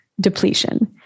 depletion